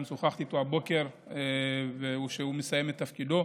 גם שוחחתי איתו הבוקר, והוא מסיים את תפקידו.